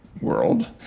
world